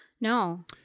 no